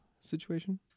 situation